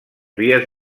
vies